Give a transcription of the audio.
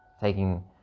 taking